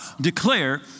declare